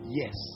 yes